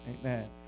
Amen